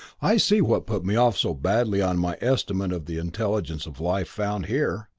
i see what put me off so badly on my estimate of the intelligence of life found here!